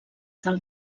del